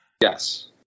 Yes